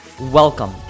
Welcome